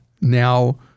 now